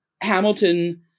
Hamilton